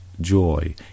joy